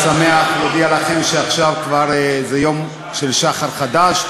אני מאוד שמח להודיע לכם שעכשיו כבר זה יום של שחר חדש,